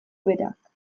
berak